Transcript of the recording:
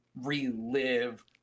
relive